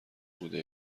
بوده